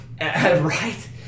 Right